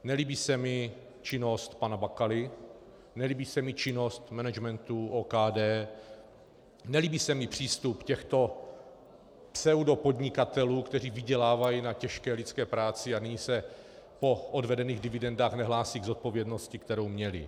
Nelíbí se mi činnost pana Bakaly, nelíbí se mi činnost managementu OKD, nelíbí se mi přístup těchto pseudopodnikatelů, kteří vydělávají na těžké lidské práci a nyní se po odvedených dividendách nehlásí k zodpovědnosti, kterou měli.